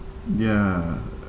ya